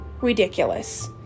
ridiculous